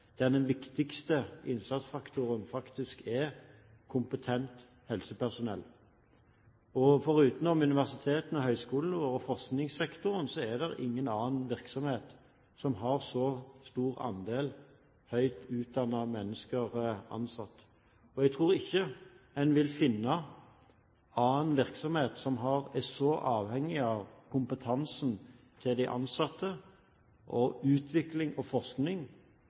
den viktigste innsatsfaktoren faktisk er kompetent helsepersonell. Foruten universitetene og høyskolene og forskningssektoren er det ingen annen virksomhet som har så stor andel høyt utdannede mennesker ansatt. Jeg tror ikke en vil finne noen annen virksomhet som er så avhengig av kompetansen til de ansatte og av utvikling og forskning,